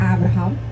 Abraham